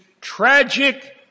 tragic